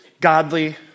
godly